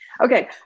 Okay